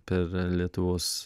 per lietuvos